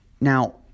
Now